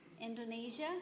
Indonesia